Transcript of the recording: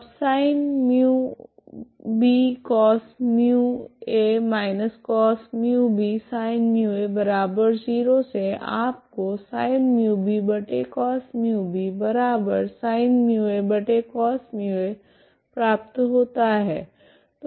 अब sinμbcos μa−cos μbsin μa0 से आपको प्राप्त होता है